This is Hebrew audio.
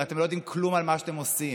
הרי אתם לא יודעים כלום על מה שאתם עושים.